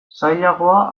zailagoa